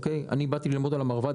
אני באתי ללמוד על המרב"ד,